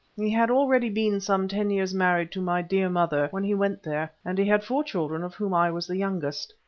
he had already been some ten years married to my dear mother when he went there, and he had four children, of whom i was the youngest.